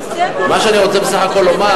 מה שאני רוצה בסך הכול לומר,